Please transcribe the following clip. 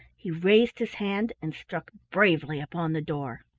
he raised his hand and struck bravely upon the door.